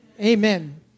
Amen